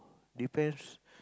depends